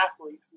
athletes